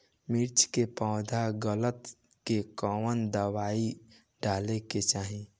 मिर्च मे पौध गलन के कवन दवाई डाले के चाही?